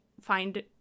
find